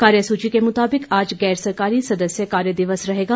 कार्यसूची के मुताबिक आज गैर सरकारी सदस्य कार्य दिवस रहेगा